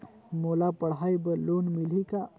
मोला पढ़ाई बर लोन मिलही का?